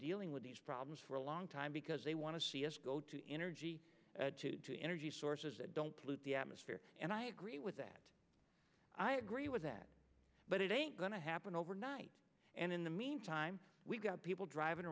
dealing with these problems for a long time because they want to see us go to energy to energy sources that don't pollute the atmosphere and i agree with that i agree with that but it ain't going to happen overnight and in the meantime people driving